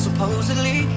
Supposedly